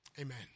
Amen